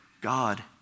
God